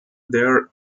there